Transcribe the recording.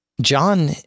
John